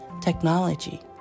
technology